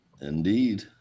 Indeed